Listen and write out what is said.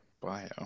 bio